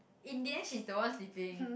in the end she's the one sleeping